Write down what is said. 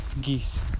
geese